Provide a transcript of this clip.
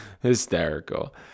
hysterical